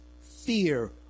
fear